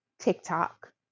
TikTok